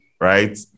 Right